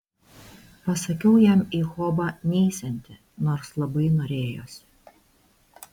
pasakiau jam į hobą neisianti nors labai norėjosi